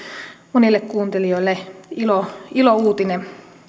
monille kuuntelijoille ilouutinen